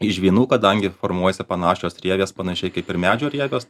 iš žvynų kadangi formuojasi panašios rievės panašiai kaip ir medžių rievės